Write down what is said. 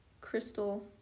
Crystal